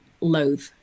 loathe